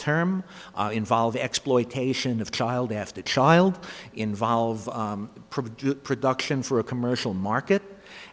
term involved exploitation of child after child involve produced production for a commercial market